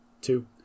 two